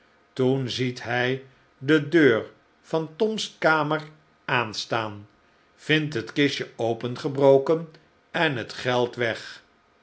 toen ziet hij de deur van tom's kamer aanstaan vindt het kistje opengebroken en het geld weg